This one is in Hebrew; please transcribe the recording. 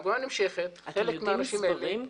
אתם יודעים מספרים?